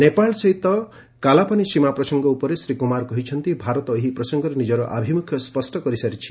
ନେପାଳ ସହିତ କାଲାପାନି ସୀମା ପ୍ରସଙ୍ଗ ଉପରେ ଶ୍ରୀ କୁମାର କହିଛନ୍ତି ଭାରତ ଏହି ପ୍ରସଙ୍ଗରେ ନିଜର ଆଭିମୁଖ୍ୟ ସ୍ୱଷ୍ଟ କରିସାରିଛି